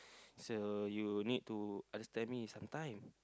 so you need to understand me sometime